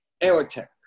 Aerotech